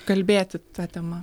kalbėti ta tema